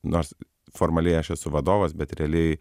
nors formaliai aš esu vadovas bet realiai